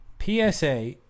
PSA